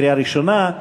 לקריאה ראשונה.